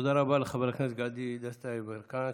תודה רבה לחבר הכנסת גדי דסטה יברקן,